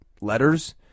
letters